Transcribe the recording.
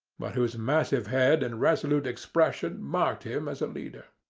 but whose massive head and resolute expression marked him as a leader.